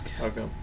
Okay